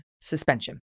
suspension